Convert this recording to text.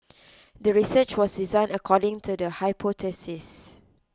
the research was designed according to the hypothesis